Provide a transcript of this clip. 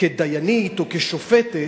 כדיינית או כשופטת,